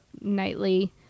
nightly